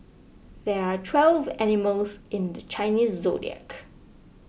there are twelve animals in the Chinese zodiac